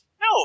No